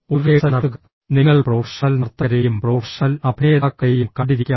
ഒരു റിഹേഴ്സൽ നടത്തുക നിങ്ങൾ പ്രൊഫഷണൽ നർത്തകരെയും പ്രൊഫഷണൽ അഭിനേതാക്കളെയും കണ്ടിരിക്കാം